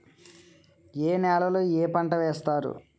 ఏ నేలలో ఏ పంట వేస్తారు?